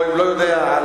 אבל לא היתה החלטה רשמית.